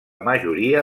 majoria